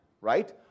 right